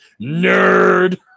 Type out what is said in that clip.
nerd